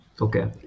Okay